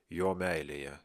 jo meilėje